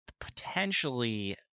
potentially